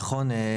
נכון.